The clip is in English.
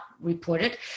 reported